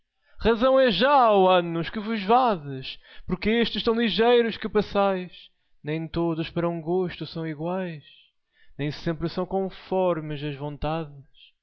anos que vos vades porque estes tão ligeiros que passais nem todos para um gosto são iguais nem sempre são conformes as vontades